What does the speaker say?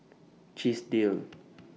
Chesdale